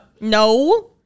No